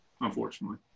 unfortunately